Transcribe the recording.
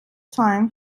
time